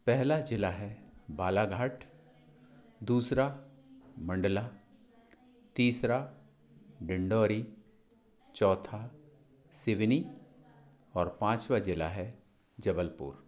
पहला जिला है बालाघाट दूसरा मंडला तीसरा डिंडौरी चौथा सिवनी और पाँचवा जिला है जबलपुर